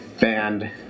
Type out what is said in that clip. band